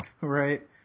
Right